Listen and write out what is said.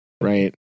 right